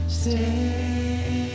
stay